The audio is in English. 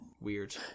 weird